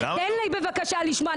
תן לי בבקשה לשמוע.